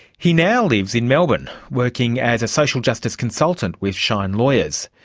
he now lives in melbourne, working as a social justice consultant with shine lawyers.